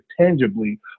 tangibly